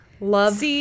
Love